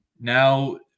now